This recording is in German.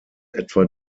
etwa